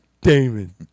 Damon